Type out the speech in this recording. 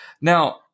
Now